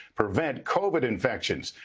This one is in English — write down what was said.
prevent covid infections.